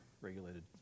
regulated